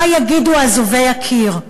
מה יגידו אזובי הקיר?